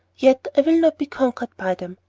yet i will not be conquered by them.